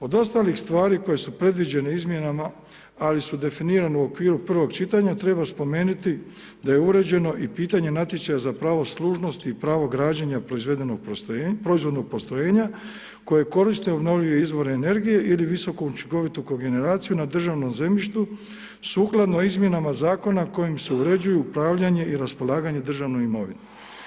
Od ostalih stvari koje su predviđene izmjenama ali su definirane u okviru prvog čitanja, treba spomenuti da je uređeno i pitanje natječaja za pravo služnosti i pravo građenja proizvodnog postrojenja koje koriste obnovljive izvore energije ili visoku učinkovitu kogeneraciju na državnom zemljištu sukladno izmjenama zakona kojim se uređuju upravljanje i raspolaganje državnom imovinom.